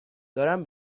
دارم